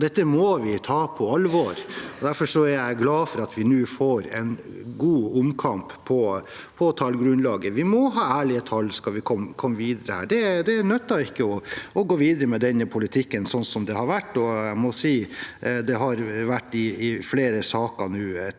Dette må vi ta på alvor, og derfor er jeg glad for at vi nå får en god omkamp om tallgrunnlaget. Vi må ha ærlige tall skal vi komme videre her. Det nytter ikke å gå videre med denne politikken sånn som det har vært. Jeg må si at det i flere saker nå